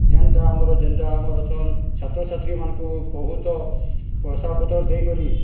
ଯେନ୍ତା ଆମର୍ ଯେନ୍ତା ଆମର୍ ଅସନ୍ ଛାତ୍ର ଛାତ୍ରୀ ମାନଙ୍କୁ ବହୁତ ପୋଷାକ ପତର୍ ଦେଇ କରି